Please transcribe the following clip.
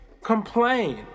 Complain